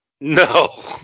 No